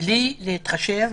בלי להתחשב,